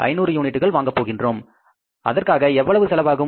500 யூனிட்டுகள் வாங்க போகின்றோம் அதற்காக எவ்வளவு செலவாகும்